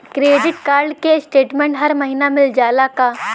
Credit card क statement हर महिना मिल जाला का?